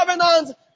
covenant